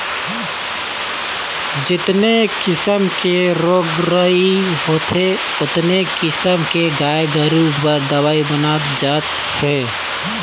जेतने किसम के रोग राई होथे ओतने किसम के गाय गोरु बर दवई बनत जात हे